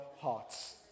hearts